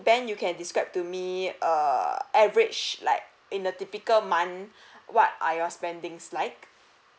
ben you can describe to me err average like in the typical month what are your spendings like